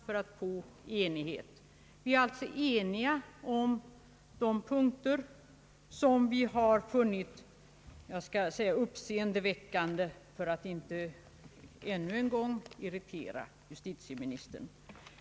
Vi är alltså i konstitutionsutskottet eniga om de punkter som vi har funnit — jag skall säga uppseendeväckande, för att inte ännu en gång irritera justitieministern.